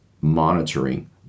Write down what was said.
monitoring